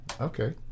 Okay